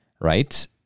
right